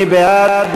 מי בעד?